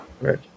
Right